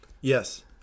Yes